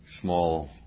small